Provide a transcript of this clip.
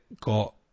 got